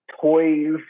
toys